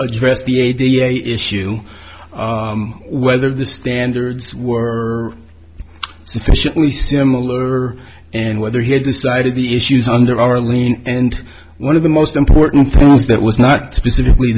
address the a da issue whether the standards were sufficiently similar and whether he had decided the issues under arlene and one of the most important things that was not specifically